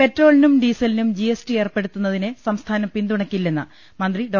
പെട്രോളിനും ഡീസലിനും G S T ഏർപ്പെടുത്തുന്നതിനെ സംസ്ഥാനം പിന്തുണക്കില്ലെന്ന് മന്ത്രി ഡോ